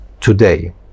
today